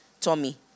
Tommy